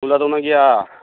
मुला दं ना गैया